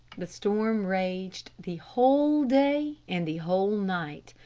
the storm raged the whole day and the whole night.